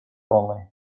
only